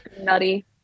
nutty